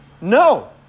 No